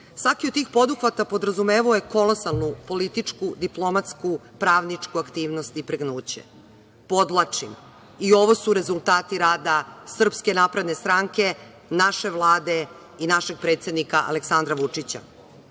od tih poduhvata podrazumevao je kolosalnu, političku, diplomatsku, pravničku aktivnost, i pregnuće. Podvlačim i ovo su rezultati rada SNS, naše Vlade i našeg predsednika Aleksandra Vučića. Kao